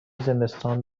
زمستان